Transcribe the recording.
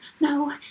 no